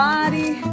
Body